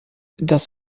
das